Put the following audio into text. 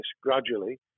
gradually